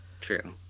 True